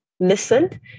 listened